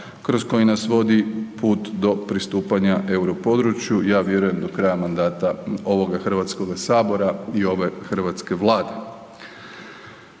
kroz koji nas vodi put do pristupanja Europodručju, ja vjerujem do kraja mandata ovoga HS i ove hrvatske vlade.